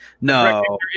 No